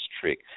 trick